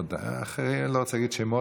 אני לא רוצה להגיד שמות,